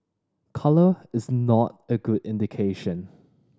colour is not a good indication